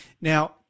Now